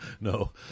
No